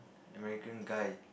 American guy